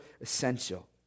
essential